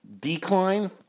decline